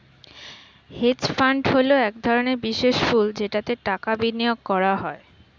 hedge fund হলো এক ধরনের বিশেষ পুল যেটাতে টাকা বিনিয়োগ করা হয়